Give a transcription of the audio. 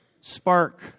Spark